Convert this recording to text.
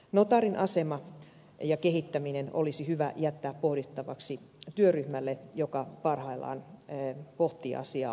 notaarin asema ja kehittäminen olisi hyvä jättää pohdittavaksi työryhmälle joka parhaillaan pohtii asiaa oikeusministeriössä